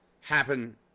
happen